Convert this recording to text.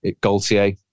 Gaultier